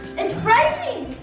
it's rising,